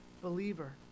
Believer